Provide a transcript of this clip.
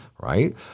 right